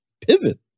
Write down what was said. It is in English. Pivot